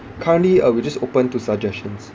currently uh we just open to suggestions